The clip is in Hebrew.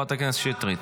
חברת הכנסת שטרית.